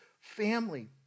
family